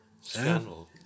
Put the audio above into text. Scandal